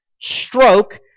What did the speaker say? stroke